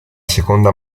seconda